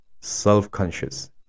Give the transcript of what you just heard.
self-conscious